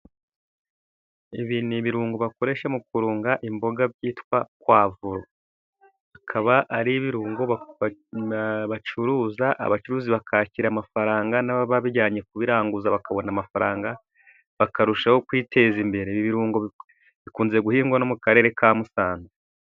Ibi ni ibirungo bakoresha mu kurunga imboga, byitwa puwavura. Akaba ari ibirungo bacuruza, abacuruzi bakakira amafaranga, n’ababa bijyanye kubiranguza bakabona amafaranga, bakarushaho kwiteza imbere. Ibi birungo bikunze guhingwa no mu Karere ka Musanze.